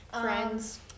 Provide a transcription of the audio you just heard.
Friends